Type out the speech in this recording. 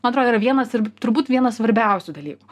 man atrodo yra vienas ir turbūt vienas svarbiausių dalykų